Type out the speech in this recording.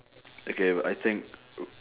okay I think